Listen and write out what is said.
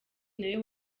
nawe